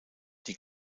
die